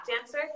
dancer